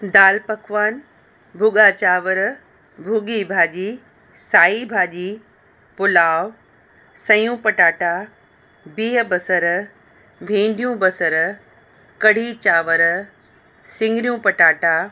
दाल पकवान भुॻा चांवर भुॻी भाॼी साई भाॼी पुलाव सयूं पटाटा बिह बसर भिंडियूं बसर कढ़ी चांवर सिंगरियूं पटाटा